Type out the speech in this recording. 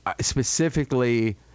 specifically